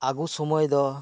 ᱟᱹᱜᱩ ᱥᱳᱢᱚᱭ ᱫᱚ